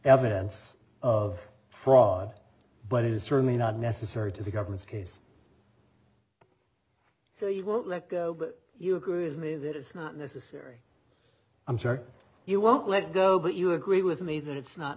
evidence of fraud but it is certainly not necessary to the government's case so you won't let go but you agree with me that it's not necessary i'm sorry you won't let go but you agree with me that it's not